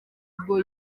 bwo